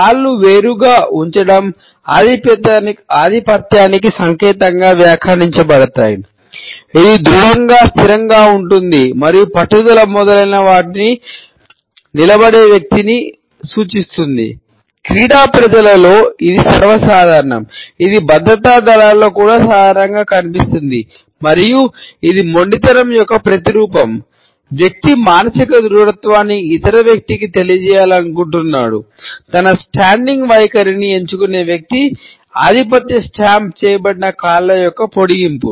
కాళ్ళు వేరుగా చేయబడిన కాళ్ళ యొక్క పొడిగింపు